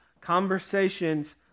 conversations